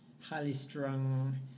highly-strung